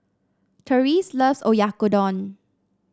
Terese loves Oyakodon